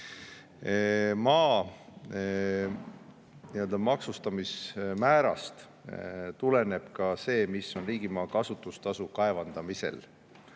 Maa maksustamise määrast tuleneb ka see, mis on riigimaa kasutustasu kaevandamisel.